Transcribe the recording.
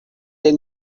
del